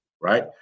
right